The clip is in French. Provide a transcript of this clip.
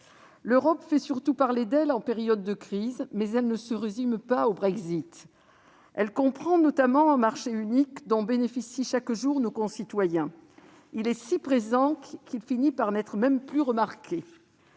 L'Europe fait surtout parler d'elle en période de crise, mais elle ne se résume pas au Brexit. Elle comprend notamment un marché unique, dont bénéficient chaque jour nos concitoyens. Celui-ci est si présent qu'il finit par n'être même plus remarqué.